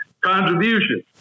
contribution